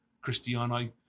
Cristiano